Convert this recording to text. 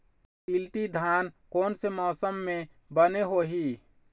शिल्टी धान कोन से मौसम मे बने होही?